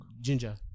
Ginger